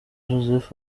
joseph